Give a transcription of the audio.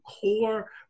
core